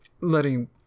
letting